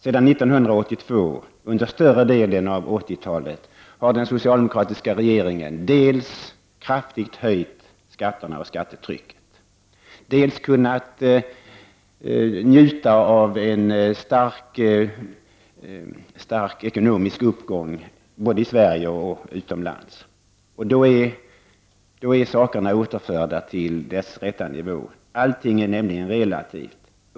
Sedan 1982, under större delen av 80-talet, har den socialdemokratiska regeringen dels kraftigt höjt skatterna och skattetrycket, dels kunnat njuta av en stark ekonomisk uppgång både i Sverige och utomlands. Saken är därmed återställd i sin rätta nivå, allting är nämligen relativt.